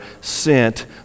sent